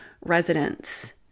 residents